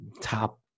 top